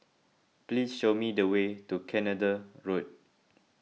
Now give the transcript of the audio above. please show me the way to Canada Road